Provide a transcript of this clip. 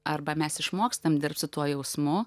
arba mes išmokstam dirbt su tuo jausmu